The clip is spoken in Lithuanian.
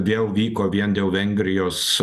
vėl vyko vien dėl vengrijos